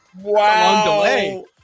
Wow